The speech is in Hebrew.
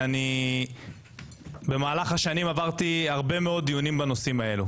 וגם במהלך השנים עברתי הרבה מאוד דיונים בנושא הזה,